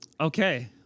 Okay